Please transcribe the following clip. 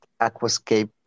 aquascape